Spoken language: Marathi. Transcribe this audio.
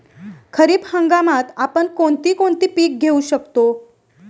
खरीप हंगामात आपण कोणती कोणती पीक घेऊ शकतो?